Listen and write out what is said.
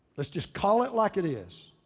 let's just call it like it is.